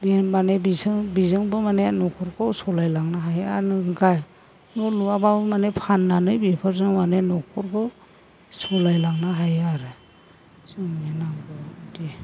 बे माने बिसोर बेजोंबो माने न'खरखौ सालायलांनो हायो आरो नों गाय न' लुवाबाबो माने फाननानै बेफोरजों माने न'खरखौ सालायलांनो हायो आरो जोंनि नांगौ बायदि